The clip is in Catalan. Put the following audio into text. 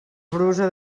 brusa